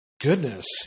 Goodness